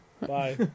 Bye